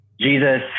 Jesus